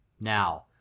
Now